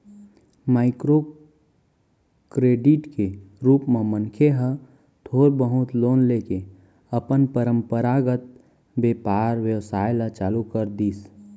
micro credit के रुप म मनखे ह थोर बहुत लोन लेके अपन पंरपरागत बेपार बेवसाय ल चालू कर दिस